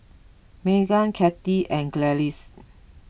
Maegan Kathy and Gladys